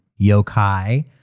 yokai